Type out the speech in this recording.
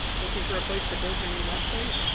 looking for a place to build your new website?